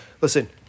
Listen